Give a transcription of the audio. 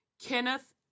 Kenneth